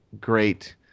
great